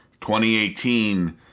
2018